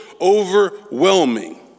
overwhelming